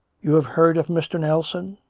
you have heard of mr. nelson?